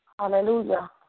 Hallelujah